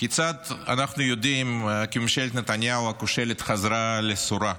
כיצד אנחנו יודעים כי ממשלת נתניהו הכושלת חזרה לסורה?